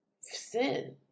sin